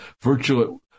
virtually